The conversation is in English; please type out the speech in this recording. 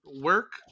work